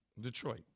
Detroit